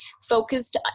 focused